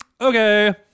Okay